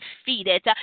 defeated